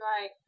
Right